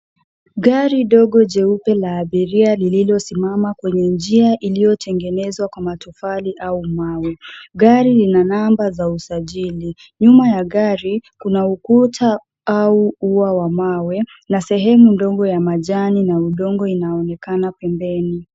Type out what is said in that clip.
Gari dogo jeupe la abiria lililosimama kwenye njia iliyotengenezwa kwa matofali au mawe. Gari lina namba za usajili. Nyuma ya gari kuna ukuta au ua wa mawe na sehemu ndogo ya majani na udongo inaonekana pembeni.